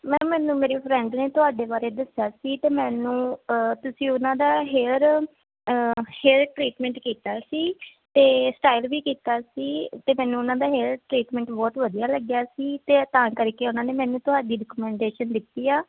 ma'am ਮੈਨੂੰ ਮੇਰੀ friend ਨੇ ਤੁਹਾਡੇ ਬਾਰੇ ਦੱਸਿਆ ਸੀ ਅਤੇ ਮੈਨੂੰ ਤੁਸੀਂ ਉਹਨਾਂ ਦਾ ਹੇਅਰ ਹੇਅਰ ਟਰੀਟਮੈਂਟ ਕੀਤਾ ਸੀ ਅਤੇ ਸਟਾਈਲ ਵੀ ਕੀਤਾ ਸੀ ਅਤੇ ਮੈਨੂੰ ਉਹਨਾਂ ਦਾ ਟਰੀਟਮੈਂਟ ਬਹੁਤ ਵਧੀਆ ਲੱਗਿਆ ਸੀ ਅਤੇ ਤਾਂ ਕਰਕੇ ਉਹਨਾਂ ਨੇ ਮੈਨੂੰ ਤੁਹਾਡੀ ਰਿਕਮੈਂਡੇਸ਼ਨ ਦਿੱਤੀ ਆ